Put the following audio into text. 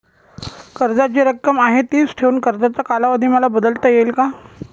कर्जाची रक्कम आहे तिच ठेवून कर्जाचा कालावधी मला बदलता येईल का?